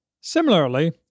Similarly